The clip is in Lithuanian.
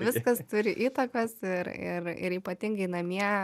viskas turi įtakos ir ir ir ypatingai namie